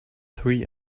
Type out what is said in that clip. three